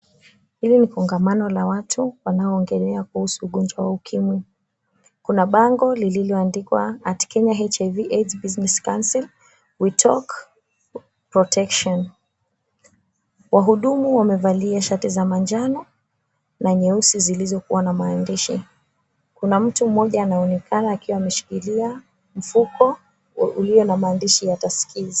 Hili ni kongamano la watu wanaoongelea kuhusu ugonjwa wa ukimwi. Kuna bango lililoandikwa, "At Kenya HIV/AIDS Business Council, We Talk Protection." Wahudumu wamevalia shati za manjano na nyeusi zilizokuwa na maandishi. Kuna mtu mmoja anaonekana akiwa ameshikilia mfuko ulio na maandishi ya Tuskys.